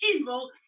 evil